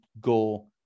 go